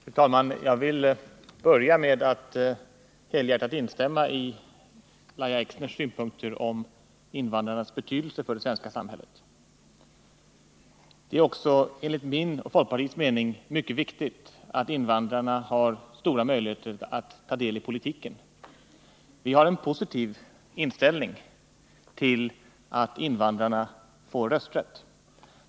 Fru talman! Jag vill börja med att helhjärtat instämma i Lajla Exners synpunkter på invandrarnas betydelse för det svenska samhället. Det är också enligt min och folkpartiets mening mycket viktigt att invandrarna har stora möjligheter att ta del i politiken. Vi har en positiv inställning till att invandrarna får rösträtt.